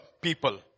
people